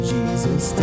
Jesus